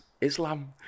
Islam